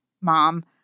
Mom